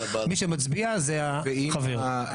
מי שמצביע זה החבר.